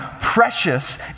precious